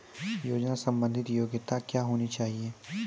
योजना संबंधित योग्यता क्या होनी चाहिए?